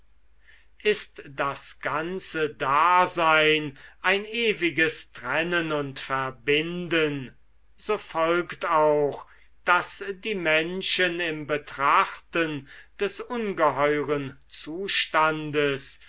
ist das ganze dasein ein ewiges trennen und verbinden so folgt auch daß die menschen im betrachten des ungeheuren zustandes